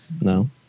No